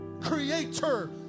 Creator